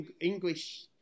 English